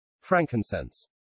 Frankincense